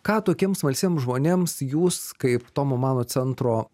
ką tokiems smalsiems žmonėms jūs kaip tomo mano centro